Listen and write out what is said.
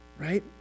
Right